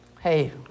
Hey